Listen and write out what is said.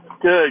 good